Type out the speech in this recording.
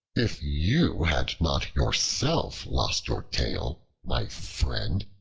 if you had not yourself lost your tail, my friend,